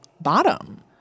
bottom